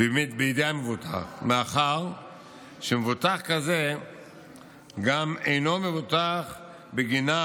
בידי המבוטח מאחר שמבוטח כזה גם אינו מבוטח בגינה